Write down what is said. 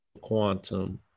quantum